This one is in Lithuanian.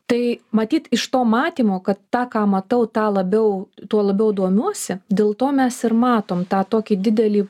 tai matyt iš to matymo kad tą ką matau tą labiau tuo labiau domiuosi dėl to mes ir matom tą tokį didelį